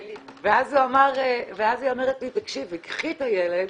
ואז היא אמרה לי, תקשיבי, קחי את הילד,